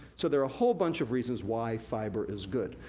so there are a whole bunch of reasons why fiber is good.